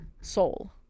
soul